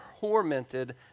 tormented